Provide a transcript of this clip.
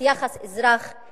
את היחס אזרח-מדינה.